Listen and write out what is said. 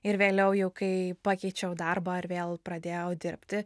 ir vėliau jau kai pakeičiau darbą ar vėl pradėjau dirbti